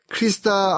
...Krista